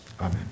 Amen